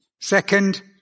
Second